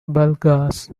bulgars